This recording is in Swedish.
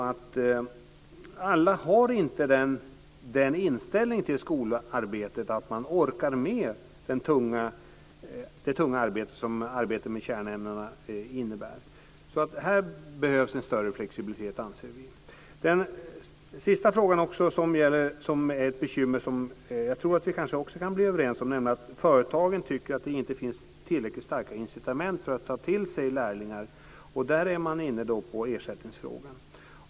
Men alla har inte den inställningen till skolarbetet att de orkar med det tunga arbetet med kärnämnena. Här behövs en större flexibilitet, anser vi. Det som också är ett bekymmer och som jag tror att vi kan bli överens om gäller att företagen inte tycker att det finns tillräckligt starka incitament för att ta till sig lärlingar. Då kommer man in på ersättningsfrågan.